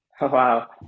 Wow